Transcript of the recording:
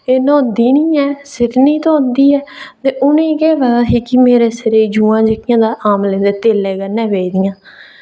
एह् नौह्ंदी निं ऐ सिर निं धोंदी ऐ ते उ'नें ई केह् पता ही कि मेरे सिरै जुआं जेह्कियां तां आमले दे तेले कन्नै पेई दियां